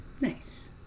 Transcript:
Nice